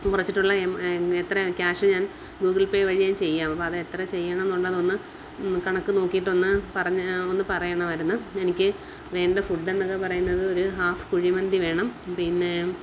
കുറച്ചിട്ടുള്ള എമൗ എത്രയാണ് ക്യാഷ് ഞാൻ ഗൂഗിൾ പേ വഴി ഞാൻ ചെയ്യാം അപ്പോൾ അത് എത്ര ചെയ്യണം എന്നുള്ളതൊന്ന് കണക്ക് നോക്കിയിട്ട് ഒന്ന് പറഞ്ഞാൽ ഒന്ന് പറയണമായിരുന്നു എനിക്ക് വേണ്ട ഫുഡ് എന്ന് പറയുന്നതൊരു ഒരു ഹാഫ് കുഴിമന്തി വേണം പിന്നെ